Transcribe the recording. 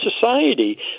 society